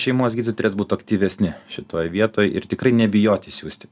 šeimos gydytojai turėtų būt aktyvesni šitoj vietoj ir tikrai nebijoti siųsti